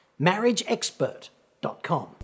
marriageexpert.com